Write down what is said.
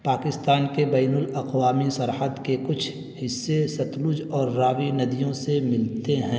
پاکستان کے بین الاقوامی سرحد کے کچھ حصے ستلج اور راوی ندیوں سے ملتے ہیں